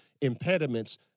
impediments